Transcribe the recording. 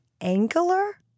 angular